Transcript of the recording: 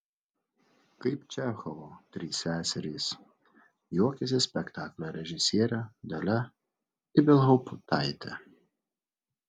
kaip čechovo trys seserys juokiasi spektaklio režisierė dalia ibelhauptaitė